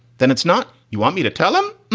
then it's not. you want me to tell him?